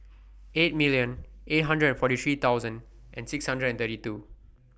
eight million eight hundred and forty three thousand and six hundred and thirty two